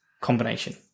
combination